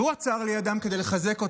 והוא עצר לידם כדי לחזק אותם,